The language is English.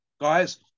guys